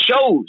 shows